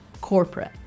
corporate